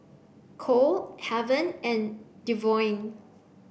Kole Heaven and Devaughn